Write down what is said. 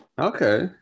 Okay